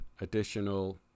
additional